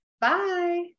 Bye